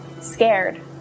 scared